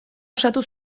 osatu